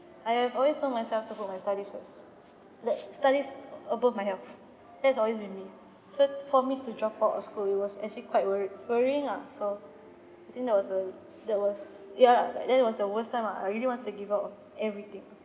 I have always told myself to put my studies first like studies above my health that's always been me so for me to drop out of school it was actually quite worried worrying ah so I think that was a that was ya lah like that was the worst time ah I really wanted to give up on everything